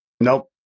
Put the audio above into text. Nope